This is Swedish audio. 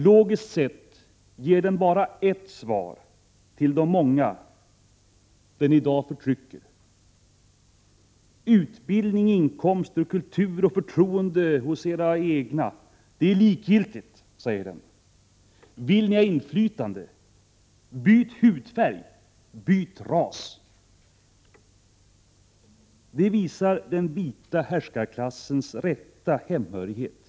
Logiskt sett ger den bara ett svar till de många som den i dag förtrycker: Utbildning, inkomster, kultur och förtroende hos era egna, det är likgiltigt. Vill ni ha inflytande: Byt hudfärg! Byt ras! Det visar den vita härskarklassens rätta hemmahörighet.